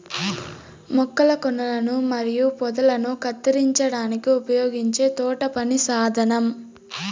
మొక్కల కొనలను మరియు పొదలను కత్తిరించడానికి ఉపయోగించే తోటపని సాధనం